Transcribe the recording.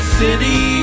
city